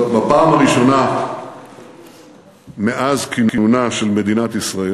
בפעם הראשונה מאז כינונה של מדינת ישראל